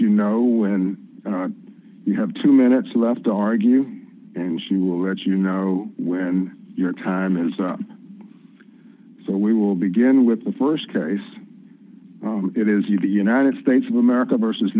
you know when you have two minutes left argue and she will let you know when your time is up so we will begin with the st case it is you the united states of america versus